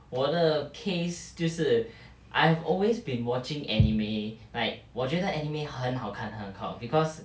我的 case 就是 I've always been watching anime like 我觉得 anime 很好看很好 because